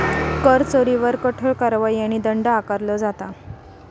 कर चोरीवर कठोर कारवाई आणि दंड आकारलो जाता